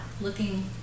looking